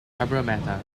cabramatta